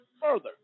further